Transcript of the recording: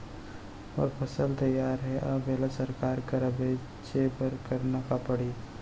मोर फसल तैयार हे अब येला सरकार करा बेचे बर का करना पड़ही?